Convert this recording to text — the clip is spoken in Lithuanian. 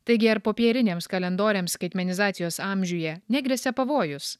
taigi ar popieriniams kalendoriams skaitmenizacijos amžiuje negresia pavojus